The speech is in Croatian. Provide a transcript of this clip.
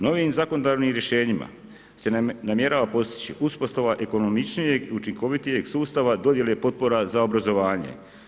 Novim zakonodavnim rješenjima se namjerava postići uspostava ekonomičnijeg i učinkovitijeg sustava dodjele potpora za obrazovanje.